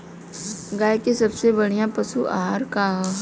गाय के सबसे बढ़िया पशु आहार का ह?